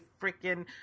freaking